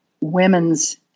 women's